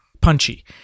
Punchy